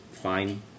fine